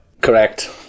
correct